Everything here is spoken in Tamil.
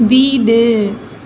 வீடு